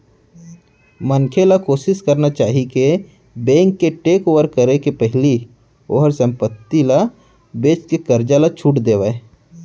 मनखे ल कोसिस करना चाही कि बेंक के टेकओवर करे के पहिली ओहर संपत्ति ल बेचके करजा ल छुट देवय